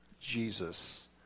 Jesus